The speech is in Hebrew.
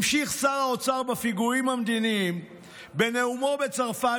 המשיך שר האוצר בפיגועים המדיניים בנאומו בצרפת